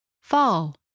Fall